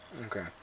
Okay